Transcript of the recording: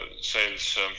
sales